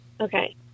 Okay